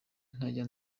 ntajya